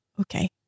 okay